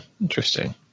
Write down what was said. Interesting